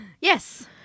Yes